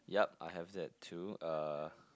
yup I have that too uh